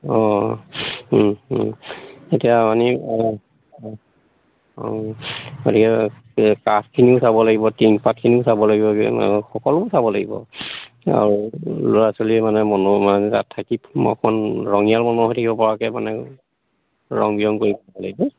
অঁ এতিয়া মনি অঁ অঁ গতিকে কাঠখিনিও চাব লাগিব টিংপাটখিনিও চাব লাগিব সকলোবোৰ চাব লাগিব আৰু ল'ৰা ছোৱালীয়ে মানে মনোৰমে তাত থাকি অকণ ৰঙীয়াল মনৰ হৈ থাকিব পৰাকৈ মানে ৰং বিৰং কৰি দিব লাগিব